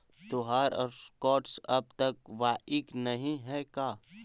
तोहार स्टॉक्स अब तक बाइक नही हैं का